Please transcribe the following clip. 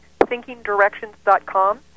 thinkingdirections.com